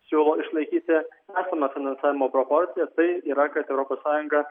siūlo išlaikyti artimą finansavimo proporciją tai yra kad europos sąjunga